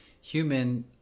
human